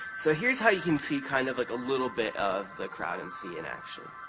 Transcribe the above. so, here's how you can see kind of like a little bit of the crowd in c in action.